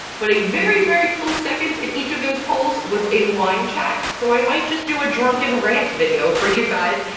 but a very very close in each of those polls was a wine chat, so i might just do a drunken rant video for you guys,